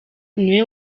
niwe